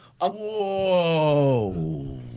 whoa